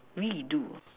we do